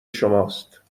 شماست